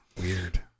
Weird